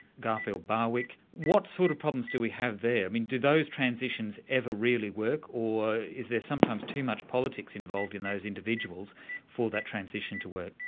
garfield barwick, what sort of problems do we have there? do those transitions ever really work, or is there sometimes too much politics involved in those individuals for that transition to work?